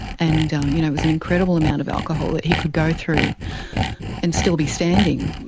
and you know it was an incredible amount of alcohol that he could go through and still be standing.